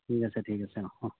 ঠিক আছে ঠিক আছে অঁ অঁ